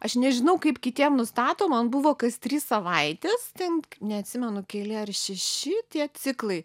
aš nežinau kaip kitiem nustato man buvo kas trys savaitės ten neatsimenu keli ar šeši tie ciklai